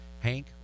Hank